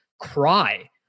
cry